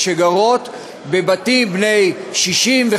שגרות בבתים בני 60,